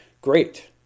great